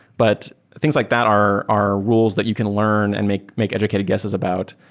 but things like that are are rules that you can learn and make make educated guesses about.